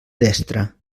destre